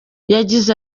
yagize